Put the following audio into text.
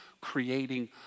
creating